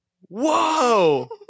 whoa